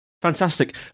Fantastic